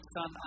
Son